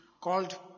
called